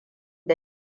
da